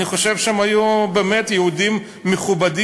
אני חושב שהם היו יהודים מכובדים,